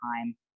time